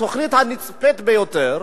התוכנית הנצפית ביותר,